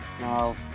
now